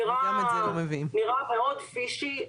זה נראה מאוד פישי.